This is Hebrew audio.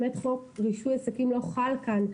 באמת חוק רישוי עסקים לא חל כאן,